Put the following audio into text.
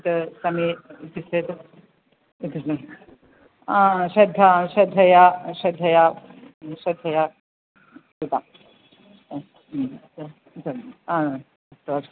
यत् समये इत्युक्ते श्रद्धा श्रद्धया श्रद्धया श्रद्धया अस्तु अस्तु